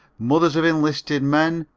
mothers of enlisted men,